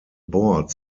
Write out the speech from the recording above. board